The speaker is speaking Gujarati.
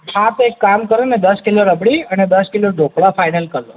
આપ એક કામ કરો ને દશ કિલો રબડી અને દશ કિલો ઢોકળા ફાઈનલ કરી દો